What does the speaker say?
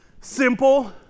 Simple